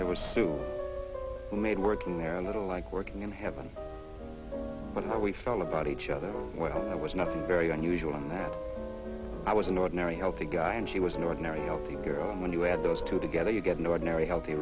soon made working there and i don't like working in heaven but how we felt about each other well there was nothing very unusual in that i was an ordinary healthy guy and she was an ordinary healthy girl and when you add those two together you get an ordinary healthy